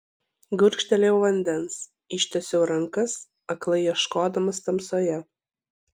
gurkštelėjau vandens ištiesiau rankas aklai ieškodamas tamsoje